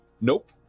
nope